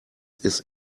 ist